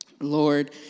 Lord